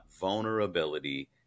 vulnerability